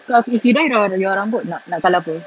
kalau if you dye your rambut nak colour apa